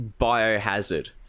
biohazard